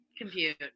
compute